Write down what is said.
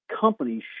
companies